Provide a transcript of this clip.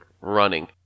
running